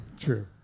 true